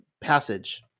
passage